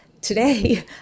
today